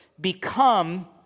become